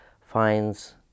finds